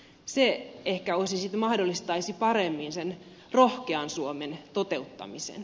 se ehkä mahdollistaisi paremmin sen rohkean suomen toteuttamisen